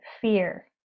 fear